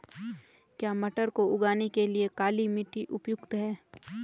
क्या मटर को उगाने के लिए काली मिट्टी उपयुक्त है?